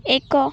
ଏକ